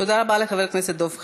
תודה רבה לחבר הכנסת דב חנין.